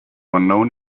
unknown